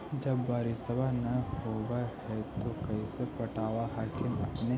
जब बारिसबा नय होब है तो कैसे पटब हखिन अपने?